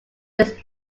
this